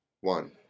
one